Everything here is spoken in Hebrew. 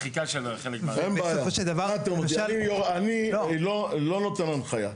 אני לא נותן הנחיה.